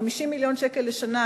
ב-50 מיליון שקל לשנה,